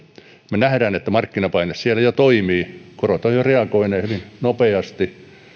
me näemme että markkinapaine siellä jo toimii korot ovat jo reagoineet hyvin nopeasti